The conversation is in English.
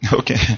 okay